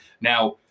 Now